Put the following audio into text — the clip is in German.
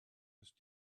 ist